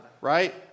Right